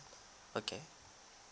okay